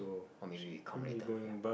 or maybe we count later ya